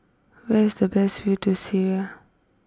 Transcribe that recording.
where is the best view to Syria